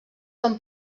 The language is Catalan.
són